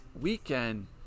weekend